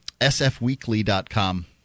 sfweekly.com